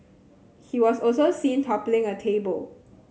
he was also seen toppling a table